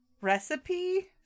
recipe